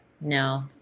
no